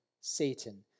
Satan